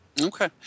Okay